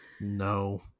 no